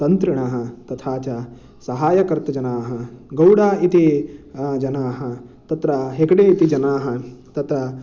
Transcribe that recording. तन्त्रिणः तथा च सहायकर्तृजनाः गौड इति जनाः तत्र हेगडे इति जनाः तत्र